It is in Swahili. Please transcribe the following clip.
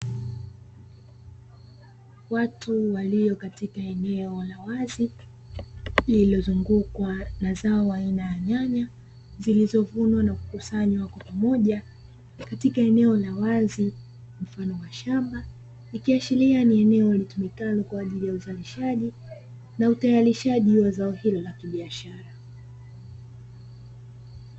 Watu walio katika eneo la wazi lililozungukwa na zao aina ya nyanya zilizovunwa na kukusanywa kwa pamoja katika eneo la wazi mfano wa shamba, ikiashiria ni eneo litumikalo kwa ajili ya uzalishaji na utayarishaji wa zao hilo la kibiashara.